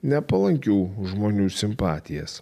nepalankių žmonių simpatijas